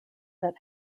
that